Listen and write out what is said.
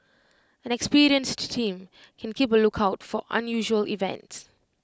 an experienced team can keep A lookout for unusual events